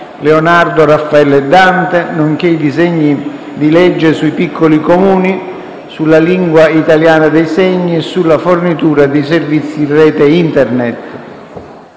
Leonardo, Raffaello e Dante, nonché i disegni di legge sui piccoli Comuni, sulla lingua italiana dei segni e sulla fornitura di servizi di rete Internet.